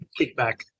kickback